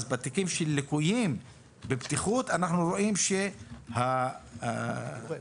אז בתיקים של ליקויים בבטיחות אנחנו רואים שזה -- רגע,